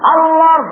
Allah